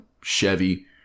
Chevy